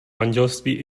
manželství